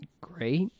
great